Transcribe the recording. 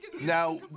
Now